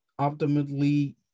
optimally